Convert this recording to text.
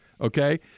okay